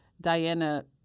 Diana